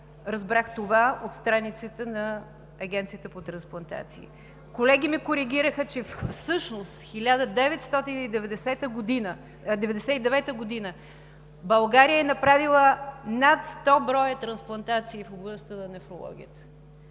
разбрах това от страниците на Агенцията по трансплантации. Колеги ме коригираха, че всъщност 1999 г. България е направила над 100 броя трансплантации в областта на нефрологията,